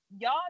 y'all